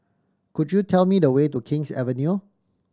could you tell me the way to King's Avenue